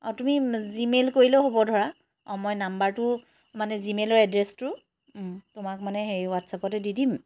অঁ তুমি জিমেইল কৰিলেও হ'ব ধৰা মই নম্বৰটো মানে জিমেইলৰ এড্ৰেছটো তোমাক মানে সেই হোৱাটছএপতে দি দিম